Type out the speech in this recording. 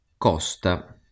Costa